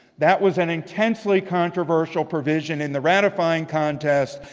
that was an intensely controversial provision in the ratifying contest.